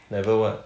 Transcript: never what